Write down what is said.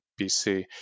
BC